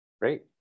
Great